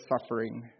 suffering